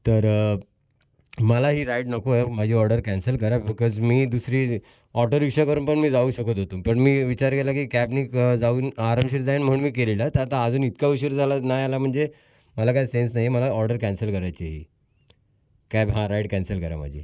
तर मला ही राईड नको आहे माझी ऑर्डर कॅन्सल करा बिकॉज मी दुसरी ऑटो रिक्षा करून पण मी जाऊ शकत होतो पण मी विचार केला की कॅबने जाऊन आरामशीर जाईन म्हणून मी केलेलं तर आता अजून इतका उशीर झाला नाही आला म्हणजे मला काहीच सेन्स नाही मला ऑर्डर कॅन्सल करायची आहे ही कॅब हा राइड कॅन्सल करा माझी